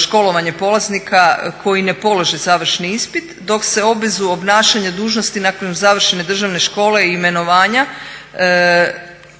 školovanje polaznika koji ne polože završni ispit dok se obvezu obnašanja dužnosti nakon završene državne škole i imenovanja zbog